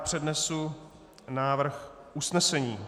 Přednesu návrh usnesení.